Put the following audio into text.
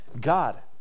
God